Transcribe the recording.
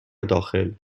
داخل